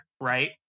Right